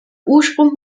ursprung